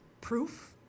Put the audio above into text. proof